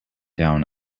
down